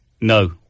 No